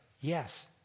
yes